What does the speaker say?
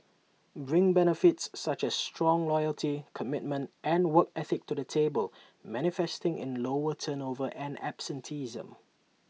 bring benefits such as strong loyalty commitment and work ethic to the table manifesting in lower turnover and absenteeism